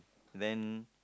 then